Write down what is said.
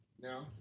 No